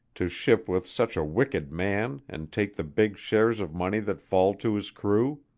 to ship with such a wicked man and take the big shares of money that fall to his crew?